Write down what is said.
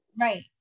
Right